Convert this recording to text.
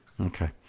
okay